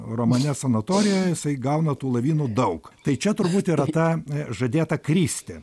romane sanatorija jisai gauna tų lavinų daug tai čia turbūt yra ta žadėta kristi